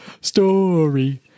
story